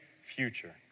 future